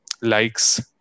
likes